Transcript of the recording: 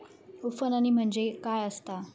उफणणी म्हणजे काय असतां?